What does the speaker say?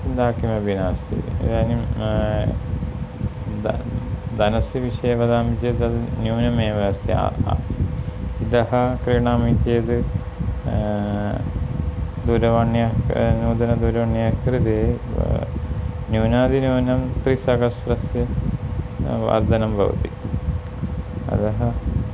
चिन्ता कापि नास्ति इदानीं धनं धनस्य विषये वदामि चेत् तद् न्यूनमेव अस्ति इतः क्रीणामि चेद् दूरवाण्या नूतनदूरवाण्याः कृते न्यूनातिन्यूनं त्रिसहस्रस्य वर्धनं भवति अतः